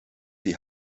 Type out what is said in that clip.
die